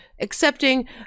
accepting